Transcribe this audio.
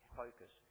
focus